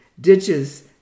Ditches